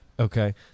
Okay